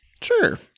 Sure